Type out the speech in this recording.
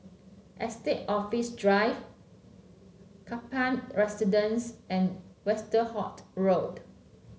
Estate Office Drive Kaplan Residence and Westerhout Road